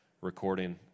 recording